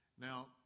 Now